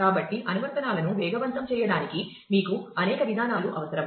కాబట్టి అనువర్తనాలను వేగవంతం చేయడానికి మీకు అనేక విధానాలు అవసరం